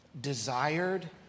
desired